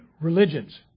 religions